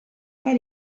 pas